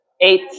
Eight